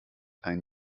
ein